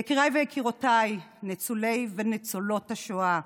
יקיריי ויקירותיי ניצולי וניצולות השואה,